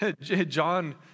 John